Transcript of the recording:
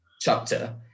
chapter